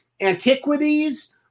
antiquities